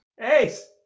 Ace